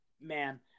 Man